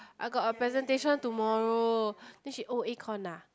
I got a presentation tomorrow then she oh econ ah